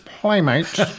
Playmate